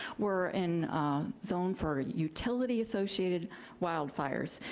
we're in zone for utility associated wildfires.